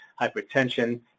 hypertension